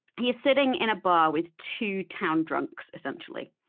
he is sitting in a bar with two town drunks, essentially.